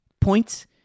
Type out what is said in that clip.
points